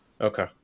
Okay